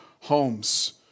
homes